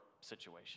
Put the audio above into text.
situation